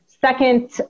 second